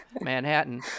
Manhattan